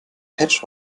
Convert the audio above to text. patch